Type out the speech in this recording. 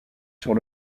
sur